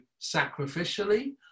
sacrificially